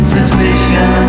Suspicion